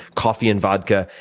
coffee and vodka,